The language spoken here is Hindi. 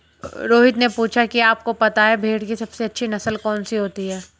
रोहित ने पूछा कि आप को पता है भेड़ की सबसे अच्छी नस्ल कौन सी होती है?